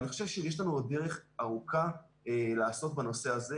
אבל אני חושב שיש לנו עוד דרך ארוכה לעשות בנושא הזה.